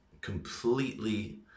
completely